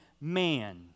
man